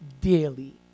daily